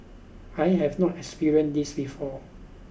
I have not experienced this before